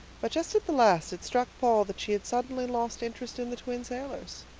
but just at the last it struck paul that she had suddenly lost interest in the twin sailors.